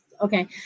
Okay